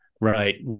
Right